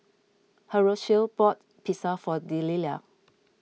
Horacio bought Pizza for Delila